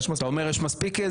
יש מספיק.